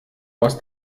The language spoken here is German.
aus